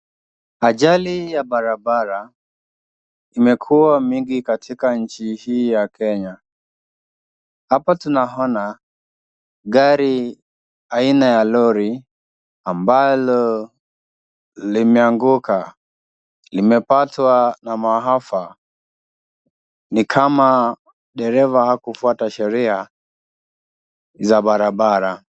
Ajali ya barabara imekuwa mingi katika nchi hii ya Kenya. Hapa tunaona gari aina ya lori ambalo limeanguka. Limepatwa na maafa ni kama dereva hakufuata sheria za barabara.